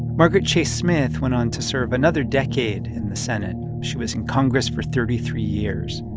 margaret chase smith went on to serve another decade in the senate. she was in congress for thirty three years.